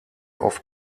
oft